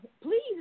please